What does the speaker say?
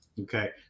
Okay